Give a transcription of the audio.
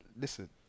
Listen